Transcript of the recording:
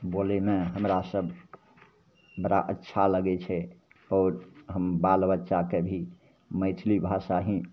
बोलैमे हमरा सभ बड़ा अच्छा लगै छै आओर हम बालबच्चाके भी मैथिली भाषा ही